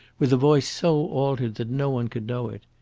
with a voice so altered that no one could know it.